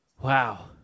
Wow